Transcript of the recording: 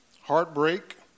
heartbreak